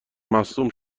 مصدوم